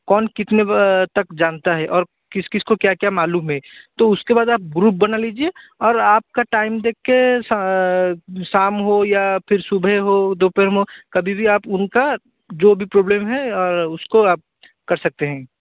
कौन कितने तक जानता है और किस किस को क्या क्या मालूम है तो उसके बाद आप ग्रुप बना लीजिए और आपका टाइम देख कर स शाम हो या फिर सुबह हो या दोपहर में हो कभी भी आप उनका जो भी प्रॉब्लम है उसको आप कर सकते हैं